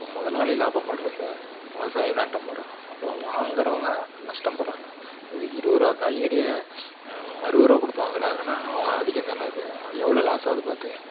அப்போ முதலாளி லாபம்பட்றப்போ விவசாயம் நட்டம் போகறாங்க அப்போ வாங்கறவன் நஷ்டம்படுறாங்க ஒ இருபதுருவா காய்கறியை அறுபதுருவா கொடுத்து வாங்கறாங்கன்னா அவங்க அதிகந்தான அது அ எவ்வளோ லாஸ் ஆகுது பாத்துங்க